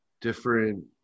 different